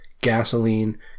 gasoline